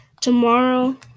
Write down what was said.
Tomorrow